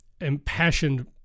impassioned